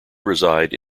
reside